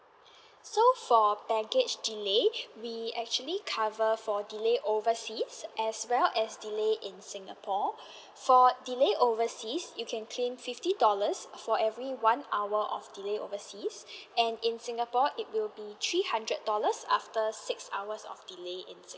so for baggage delay we actually cover for delay overseas as well as delay in singapore for delay overseas you can claim fifty dollars for every one hour of delay overseas and in singapore it will be three hundred dollars after six hours of delayed in